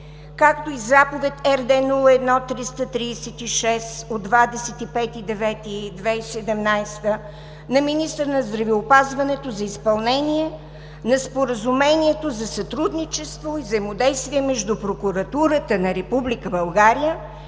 както и Заповед РД № 01-336 от 25 септември 2017 г. на министъра на здравеопазването за изпълнение на Споразумението за сътрудничество и взаимодействие между прокуратурата на